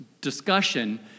discussion